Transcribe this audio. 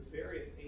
various